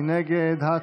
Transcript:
מי נגד?